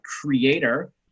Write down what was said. creator